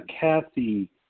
Kathy